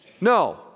No